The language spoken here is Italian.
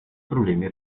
problemi